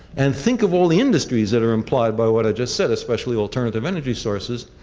and think of all the industries that are implied by what i just said, especially alternative energy sources.